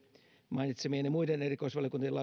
mainitsemieni muiden erikoisvaliokuntien